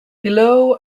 below